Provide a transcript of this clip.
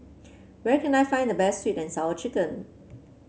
where can I find the best sweet and Sour Chicken